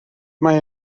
mae